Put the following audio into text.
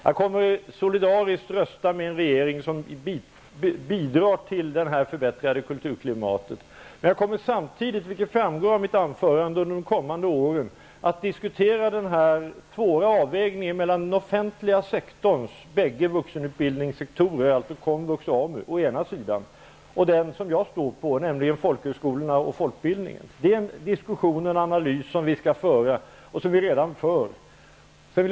Jag kommer solidariskt att rösta med en regering som bidrar till det här förbättrade kulturklimatet, men jag kommer samtidigt, vilket framgår av mitt anförande, under de kommande åren att diskutera den svåra avvägningen mellan den offentliga sektorns bägge vuxenutbildningssektorer, dvs. komvux och AMU, å ena sidan och folkhögskolorna och folkbildningen å andra sidan -- den som jag står på. Det är en diskussion och en analys som vi redan har igångsatt och som vi skall fullfölja.